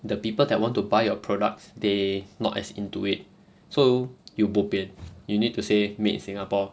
the people that want to buy your products they not as into it so you bo pian you need to say made in singapore